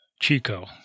Chico